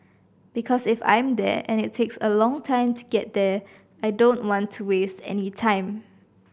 because if I'm there and it takes a long time to get there I don't want to waste any time